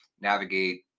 navigate